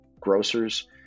grocers